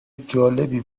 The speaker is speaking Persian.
جالبی